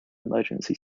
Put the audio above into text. emergency